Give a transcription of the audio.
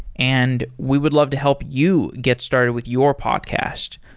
and we would love to help you get started with your podcast.